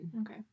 Okay